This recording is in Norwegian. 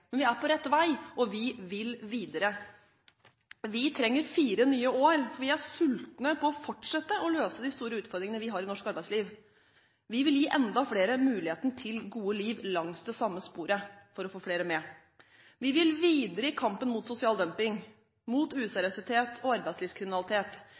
men vi er på rett vei, og vi vil videre. Vi trenger fire nye år, for vi er sultne på å fortsette å løse de store utfordringene vi har i norsk arbeidsliv. Vi vil gi enda flere muligheten til gode liv langs det samme sporet for å få flere med. Vi vil videre i kampen mot sosial dumping, mot